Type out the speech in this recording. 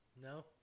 No